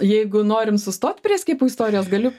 jeigu norim sustot prie skiepų istorijos galiu